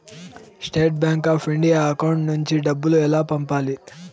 State bank of India account నుంచి డబ్బులు ఎలా పంపాలి?